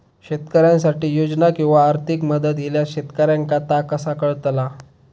शेतकऱ्यांसाठी योजना किंवा आर्थिक मदत इल्यास शेतकऱ्यांका ता कसा कळतला?